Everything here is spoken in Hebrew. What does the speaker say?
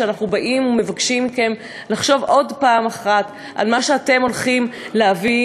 שאנחנו באים ומבקשים מכם לחשוב עוד פעם אחת על מה שאתם הולכים להביא